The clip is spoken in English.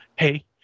Hey